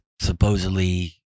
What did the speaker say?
Supposedly